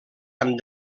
amb